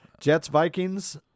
Jets-Vikings